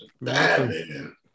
man